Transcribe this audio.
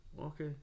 Okay